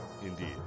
indeed